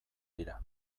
dira